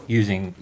using